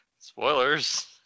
Spoilers